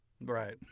Right